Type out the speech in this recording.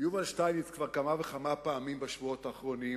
יובל שטייניץ כבר כמה וכמה פעמים בשבועות האחרונים,